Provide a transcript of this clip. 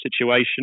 situation